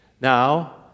now